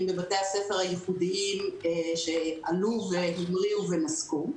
בבתי הספר הייחודיים שעלו והמריאו ונסקו.